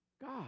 God